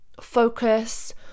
focus